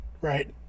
Right